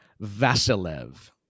Vasilev